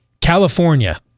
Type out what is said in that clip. California